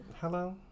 Hello